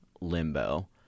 limbo